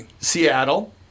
Seattle